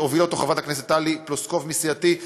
שהובילה חברת הכנסת טלי פלוסקוב מסיעתי,